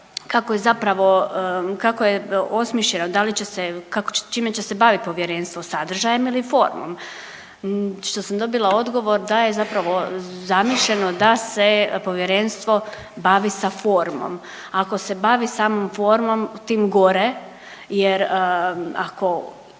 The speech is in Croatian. kako je zapravo, kako je osmišljeno da li će se, čime će se baviti povjerenstvo sadržajem ili formom. Što sam dobila odgovor da je zapravo zamišljeno da se povjerenstvo bavi sa formom. Ako se bavi samom formom tim gore jer ako